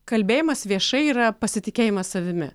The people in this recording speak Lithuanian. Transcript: kalbėjimas viešai yra pasitikėjimas savimi